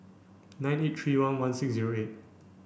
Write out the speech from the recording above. nine eight three one one six zero eight